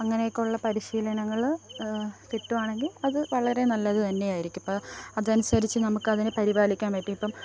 അങ്ങനെയൊക്കെ ഉള്ള പരിശീലനങ്ങൾ കിട്ടുകയാണെങ്കിൽ അത് വളരെ നല്ലത് തന്നെയായിരിക്കും ഇപ്പം അതനുസരിച്ച് നമുക്ക് അതിനെ പരിപാലിക്കാൻ പറ്റും ഇപ്പം